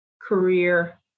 career